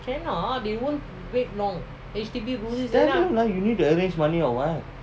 tell you lah you need to arrange money or what